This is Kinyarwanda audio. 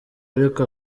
ariko